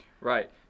Right